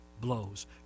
blows